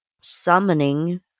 summoning